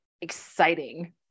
exciting